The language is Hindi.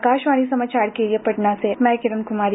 आकाशवाणी समाचार के लिए पटना से मैं किरण कुमारी